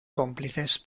cómplices